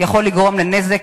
עלול לגרום לנזק,